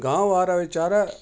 गांव वारा वेचारा